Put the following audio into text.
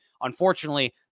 Unfortunately